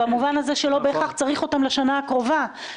ולכן לא בהכרח צריך אותם לשנה הקרובה.